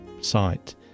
site